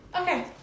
Okay